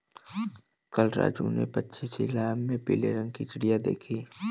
कल राजू ने पक्षीशाला में पीले रंग की चिड़िया देखी